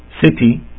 city